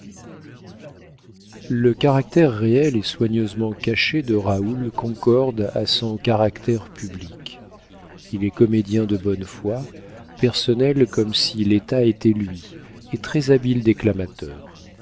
le caractère réel et soigneusement caché de raoul concorde à son caractère public il est comédien de bonne foi personnel comme si l'état était lui et très-habile